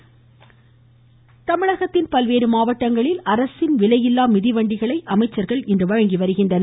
அமைச்சர்கள் மிதிவண்டி தமிழகத்தின் பல்வேறு மாவட்டங்களில் அரசின் விலையில்லா மிதிவண்டிகளை அமைச்சர்கள் இன்று வழங்கி வருகின்றனர்